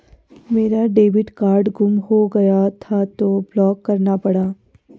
मेरा debit card गुम हो गया था तो ब्लॉक करना पड़ा